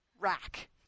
Rack